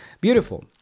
Beautiful